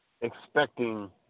expecting